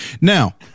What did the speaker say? now